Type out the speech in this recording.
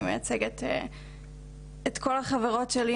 אני מייצגת את כל החברות שלי,